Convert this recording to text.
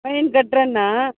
fine கட்டுறன்னா